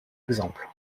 exemple